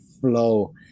flow